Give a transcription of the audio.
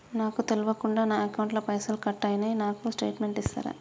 నాకు తెల్వకుండా నా అకౌంట్ ల పైసల్ కట్ అయినై నాకు స్టేటుమెంట్ ఇస్తరా?